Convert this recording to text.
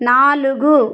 నాలుగు